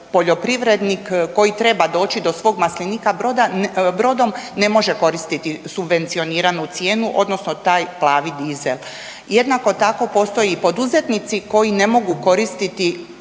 poljoprivrednik koji treba doći do svog maslinika brodom ne može koristiti subvencioniranu cijenu odnosno taj plavi dizel. Jednako tako postoji poduzetnici koji ne mogu koristiti